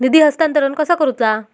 निधी हस्तांतरण कसा करुचा?